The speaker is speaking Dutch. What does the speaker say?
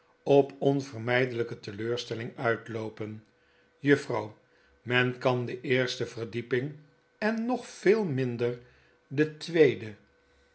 op onvermgdelgke teleurstelling uitloopen juffrouw men kan de eerste verdieping en nog veel minder de tweede